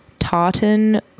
tartan